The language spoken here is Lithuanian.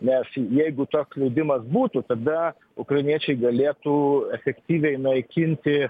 nes jeigu toks leidimas būtų tada ukrainiečiai galėtų efektyviai naikinti